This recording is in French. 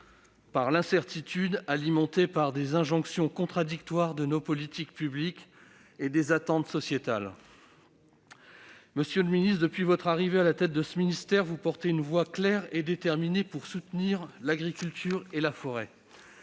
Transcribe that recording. par l'incertitude, alimentés par les injonctions contradictoires de nos politiques publiques et des attentes sociétales. Monsieur le ministre, depuis votre arrivée à la tête de ce ministère, vous portez une voix claire et déterminée de soutien à l'agriculture et à la forêt.